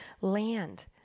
land